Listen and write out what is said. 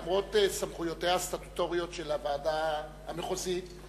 למרות סמכויותיה הסטטוטוריות של הוועדה המחוזית,